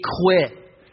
quit